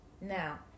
Now